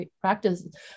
practices